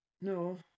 no